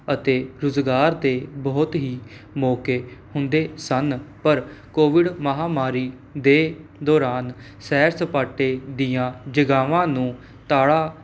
ਅਤੇ ਰੁਜ਼ਗਾਰ ਦੇ ਬਹੁਤ ਹੀ ਮੌਕੇ ਹੁੰਦੇ ਸਨ ਪਰ ਕੋਵਿਡ ਮਹਾਂਮਾਰੀ ਦੇ ਦੌਰਾਨ ਸੈਰ ਸਪਾਟੇ ਦੀਆਂ ਜਗ੍ਹਾਵਾਂ ਨੂੰ ਤਾਲਾ